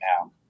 now